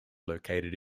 located